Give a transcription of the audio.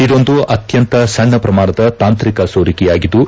ಇದೊಂದು ಅತ್ಕಂತ ಸಣ್ಣ ಪ್ರಮಾಣದ ತಾಂತ್ರಿಕ ಸೋರಿಕೆಯಾಗಿದ್ದು